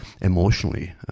emotionally